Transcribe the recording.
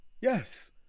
Yes